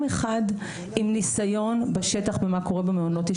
אחד עם ניסיון בשטח ומה קורה במעונות.